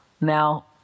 Now